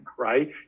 Right